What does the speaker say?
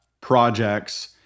projects